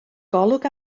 golwg